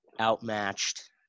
outmatched